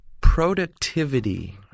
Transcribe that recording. productivity